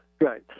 right